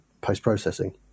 post-processing